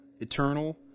eternal